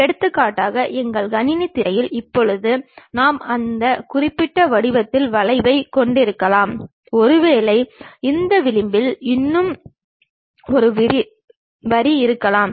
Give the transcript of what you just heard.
எடுத்துக்காட்டாக எங்கள் கணினித் திரையில் இப்போது நாம் அந்த குறிப்பிட்ட வடிவத்தின் வளைவைக் கொண்டிருக்கலாம் ஒருவேளை இந்த விளிம்பில் இன்னும் ஒரு வரி இருக்கலாம்